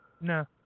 No